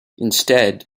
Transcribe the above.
instead